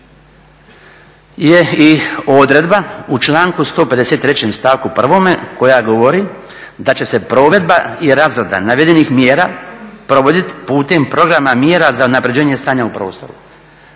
je i odredba u članku 153. stavku 1. koja govori da će se provedba i razrada navedenih mjera provoditi putem programa mjera za unapređenje stanja u prostoru.